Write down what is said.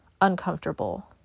uncomfortable